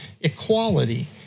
equality